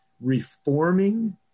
reforming